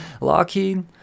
Lockheed